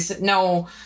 no